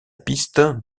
piste